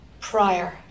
prior